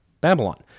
Babylon